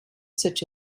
such